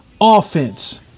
offense